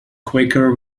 quaker